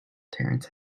terence